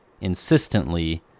insistently